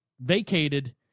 vacated